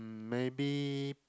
mm maybe